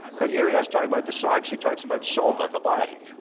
but here he does talk about the sacs, he talks about soul man the body.